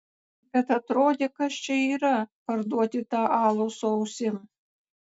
bet atrodė kas čia yra parduoti tą alų su ausim